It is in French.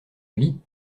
lis